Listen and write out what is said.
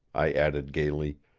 i added gayly,